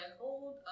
hold